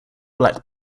black